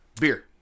Beer